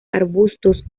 arbustos